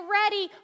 ready